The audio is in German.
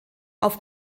auf